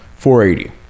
480